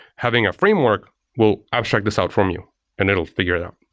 having a framework will abstract this out from you and it will figure it out.